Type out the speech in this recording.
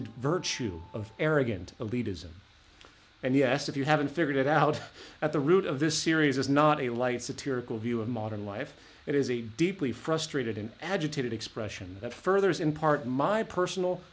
virtue of arrogant leaders and yes if you haven't figured it out at the root of this series is not a light satirical view of modern life it is a deeply frustrated and agitated expression that furthers in part my personal